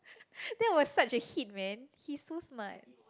that was such a hit man he's so smart